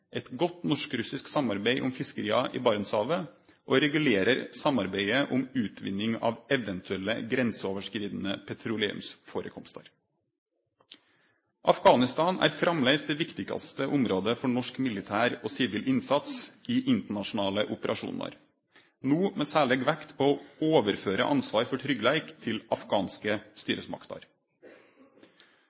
eit godt norsk-russisk samarbeid om fiskeria i Barentshavet og regulerer samarbeidet om utvinning av eventuelle grenseoverskridande petroleumsførekomstar. Afghanistan er framleis det viktigaste området for norsk militær og sivil innsats i internasjonale operasjonar, no med særleg vekt på å overføre ansvaret for tryggleiken til afghanske styresmakter.